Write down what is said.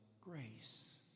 grace